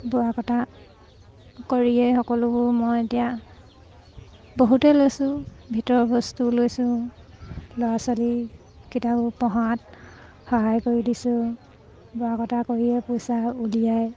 বোৱা কটা কৰিয়েই সকলোবোৰ মই এতিয়া বহুতে লৈছোঁ ভিতৰৰ বস্তু লৈছোঁ ল'ৰা ছোৱালীকিটা পঢ়োৱাত সহায় কৰি দিছোঁ বোৱা কটা কৰিয়ে পইচা উলিয়াই